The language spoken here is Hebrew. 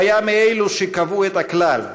הוא היה מאלו שקבעו את הכלל: